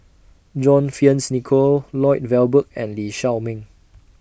John Fearns Nicoll Lloyd Valberg and Lee Shao Meng